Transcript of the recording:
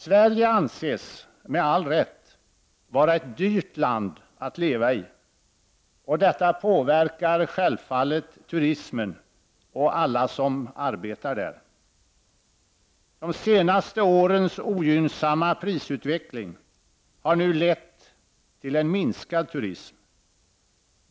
Sverige anses, med all rätt, vara ett dyrt land att leva i, och detta påverkar självfallet turismen och alla som arbetar där. De senaste årens ogynnsamma prisutveckling har nu lett till en minskad turism.